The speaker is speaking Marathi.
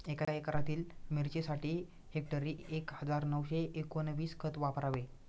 एका एकरातील मिरचीसाठी हेक्टरी एक हजार नऊशे एकोणवीस खत वापरावे